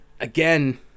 again